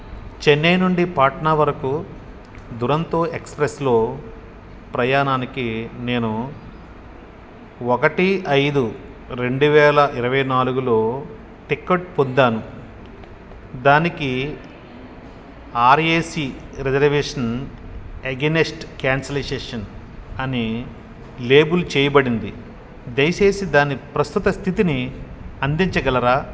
చెన్నై నుండి పాట్నా వరకు దురంతో ఎక్స్ప్రెస్లో ప్రయాణానికి నేను ఒకటి ఐదు రెండు వేల ఇరవై నాలుగులో టికెట్ పొందాను దానికి ఆర్ఏసీ రిజర్వేషన్ ఎగేనెస్ట్ క్యాన్సిలేషన్ అని లేబుల్ చేయబడింది దయచేసి దాని ప్రస్తుత స్థితిని అందించగలరా